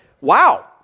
Wow